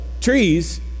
trees